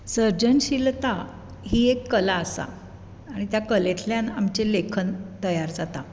सृजनशीलता ही एक कला आसा आनी ते कलेंतल्यान आमचें लेखन तयार जाता